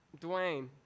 Dwayne